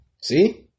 See